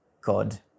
God